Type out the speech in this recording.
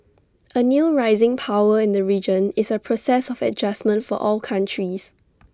A new rising power in the region is A process of adjustment for all countries